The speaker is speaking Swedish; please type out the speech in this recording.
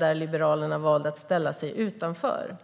där Liberalerna valde att ställa sig utanför.